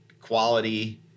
quality